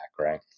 right